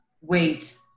wait